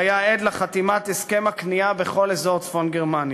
והוא היה עד לחתימת הסכם הכניעה בכל אזור צפון גרמניה.